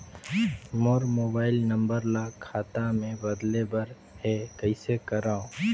मोर mobile number ल खाता मे बदले बर हे कइसे करव?